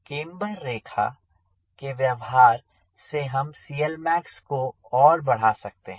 camber रेखा के व्यवहार से हम CLmax को और बढ़ा सकते हैं